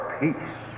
peace